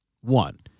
one